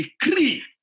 decree